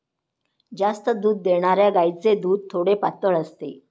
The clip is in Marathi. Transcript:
जास्त दूध देणाऱ्या गायीचे दूध थोडे पातळ असते